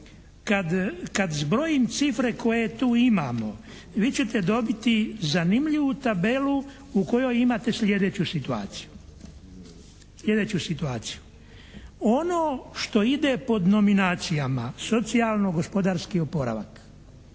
kad zbrojim cifre koje tu imamo vi ćete dobiti zanimljivu tabelu u kojoj imate sljedeću situaciju. Ono što ide pod nominacijama, socijalno-gospodarski oporavak,